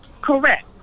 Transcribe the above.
Correct